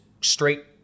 straight